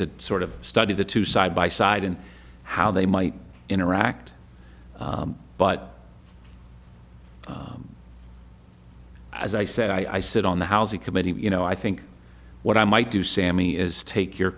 to sort of study the two side by side and how they might interact but as i said i sit on the housing committee you know i think what i might do sammi is take your